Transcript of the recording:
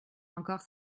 encore